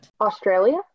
Australia